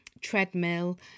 treadmill